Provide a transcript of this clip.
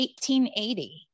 1880